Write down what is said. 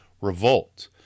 Revolt